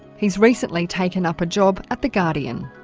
he's recently taken up a job at the guardian.